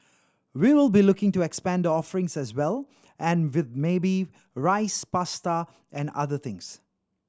we will be looking to expand the offerings as well and with maybe rice pasta and other things